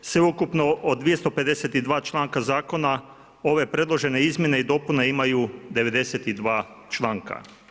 Sveukupno od 252 članka Zakona ove predložene izmjene i dopune imaju 92 članka.